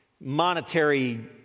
monetary